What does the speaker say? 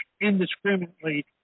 indiscriminately